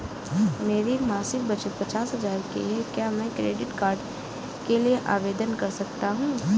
मेरी मासिक बचत पचास हजार की है क्या मैं क्रेडिट कार्ड के लिए आवेदन कर सकता हूँ?